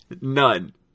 none